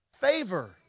Favor